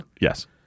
Yes